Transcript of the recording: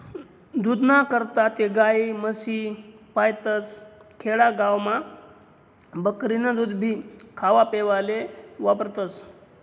दूधना करता ते गायी, म्हशी पायतस, खेडा गावमा बकरीनं दूधभी खावापेवाले वापरतस